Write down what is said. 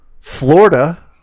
Florida